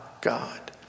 God